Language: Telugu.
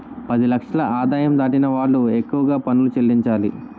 పది లక్షల ఆదాయం దాటిన వాళ్లు ఎక్కువగా పనులు చెల్లించాలి